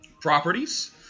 properties